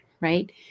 right